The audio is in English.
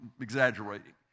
exaggerating